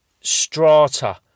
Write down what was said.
strata